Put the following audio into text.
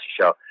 show